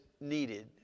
needed